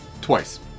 twice